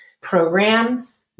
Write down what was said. programs